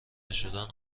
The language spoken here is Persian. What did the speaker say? نشدن